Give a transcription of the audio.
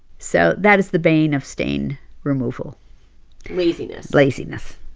so that is the bane of stain removal laziness laziness